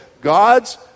God's